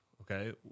okay